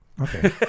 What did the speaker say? Okay